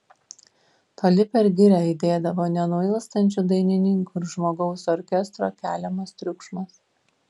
toli per girią aidėdavo nenuilstančių dainininkų ir žmogaus orkestro keliamas triukšmas